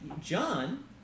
John